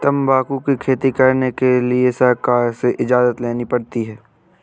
तंबाकू की खेती करने के लिए सरकार से इजाजत लेनी पड़ती है